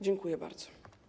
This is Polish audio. Dziękuję bardzo.